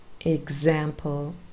example